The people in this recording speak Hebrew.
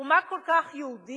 ומה כל כך יהודי